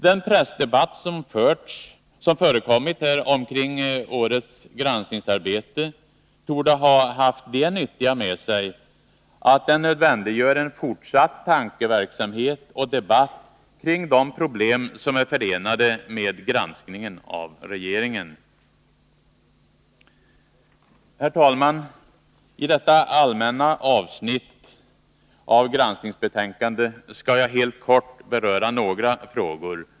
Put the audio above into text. Den pressdebatt som har förekommit kring årets granskningsarbete torde ha haft det nyttiga med sig att den nödvändiggör en fortsatt tankeverksamhet och debatt kring de problem som är förenade med granskningen av regeringen. Herr talman! I debatten om detta allmänna avsnitt av granskningsbetänkandet skall jag helt kort beröra några frågor.